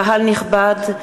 קהל נכבד,